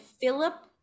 Philip